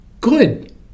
Good